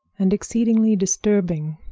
and exceedingly disturbing.